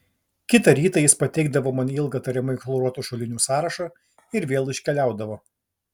kitą rytą jis pateikdavo man ilgą tariamai chloruotų šulinių sąrašą ir vėl iškeliaudavo